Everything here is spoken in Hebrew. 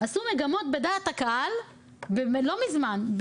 בדקו מגמות בדעת הקהל לא מזמן,